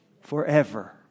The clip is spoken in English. forever